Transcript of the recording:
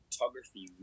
photography